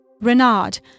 Renard